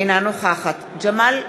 אינה נוכחת ג'מאל זחאלקה,